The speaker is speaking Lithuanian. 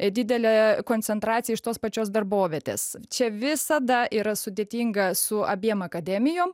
didelė koncentracija iš tos pačios darbovietės čia visada yra sudėtinga su abiem akademijom